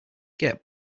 get